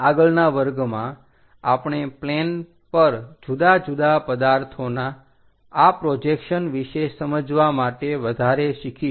આગળના વર્ગમાં આપણે પ્લેન પર જુદા જુદા પદાર્થોના આ પ્રોજેક્શન વિશે સમજવા માટે વધારે શિખીશું